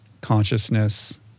consciousness